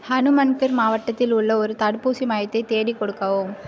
ஹனுமன்கர் மாவட்டத்தில் உள்ள ஒரு தடுப்பூசி மையத்தை தேடிக் கொடுக்கவும்